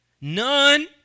None